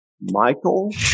Michael